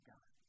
God